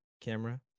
camera